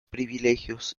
privilegios